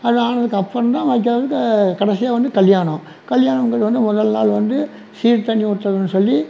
அதில் ஆனதுக்கு அப்பறந்தா கடைசியாக வந்து கல்யாணம் கல்யாணங்கறது வந்து முதல் நாள் வந்து சீர் தண்ணீ ஊற்றணுன்னு சொல்லி